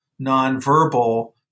nonverbal